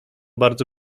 bardzo